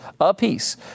apiece